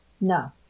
No